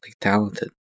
talented